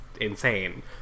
insane